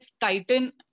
Titan